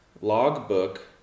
logbook